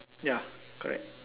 ya correct